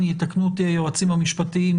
יתקנו אותי היועצים המשפטיים,